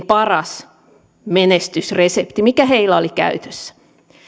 paras menestysresepti mikä heillä oli käytössä